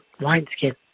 wineskin